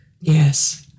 yes